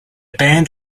band